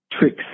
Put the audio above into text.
tricks